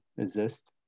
exist